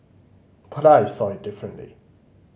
but I saw it differently